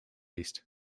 east